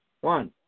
one